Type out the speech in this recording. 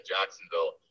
jacksonville